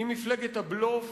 היא מפלגת הבלוף,